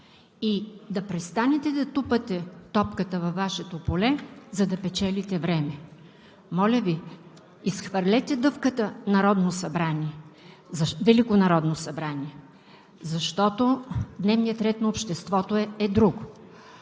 и да престанете да тупате топката във Вашето поле, за да печелите време. Моля Ви, изхвърлете „дъвката“ Велико народно събрание, защото дневният ред на обществото е друг.